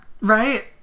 Right